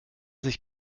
sich